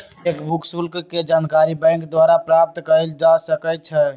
cheque book शुल्क के जानकारी बैंक द्वारा प्राप्त कयल जा सकइ छइ